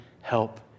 help